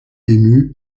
émue